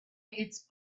its